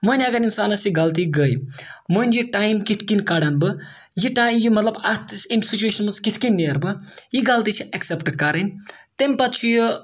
وۄنۍ اگر اِنسانَس یہِ غلطی گٔے وۄنۍ یہِ ٹایم کِتھ کِنۍ کَڑَن بہٕ یہِ ٹاے یہِ مطلب اَتھ امہِ سُچویشَن منٛز کِتھ کٔنۍ نیرٕ بہٕ یہِ غلطی چھِ ایٚکسیٚپٹہٕ کَرٕنۍ تمہِ پَتہٕ چھُ یہِ